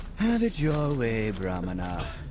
have it your way, brahmana.